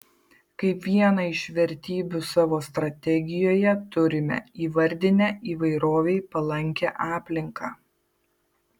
kaip vieną iš vertybių savo strategijoje turime įvardinę įvairovei palankią aplinką